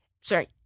sorry